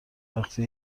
وقتی